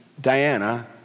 Diana